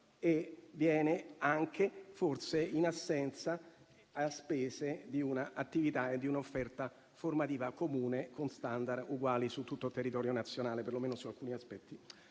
e anche, forse, in assenza di una attività e di un'offerta formativa comune con *standard* uguali su tutto il territorio nazionale, perlomeno su alcuni aspetti.